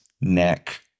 neck